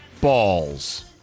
balls